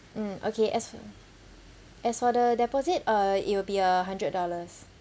mm okay as as for the deposit uh it will be a hundred dollars